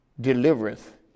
delivereth